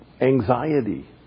Anxiety